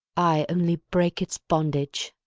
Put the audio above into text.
i only break its bondage.